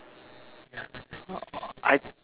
I